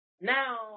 now